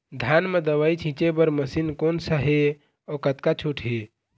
धान म दवई छींचे बर मशीन कोन सा हे अउ कतका छूट हे?